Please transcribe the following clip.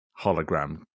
Hologram